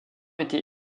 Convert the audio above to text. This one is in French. été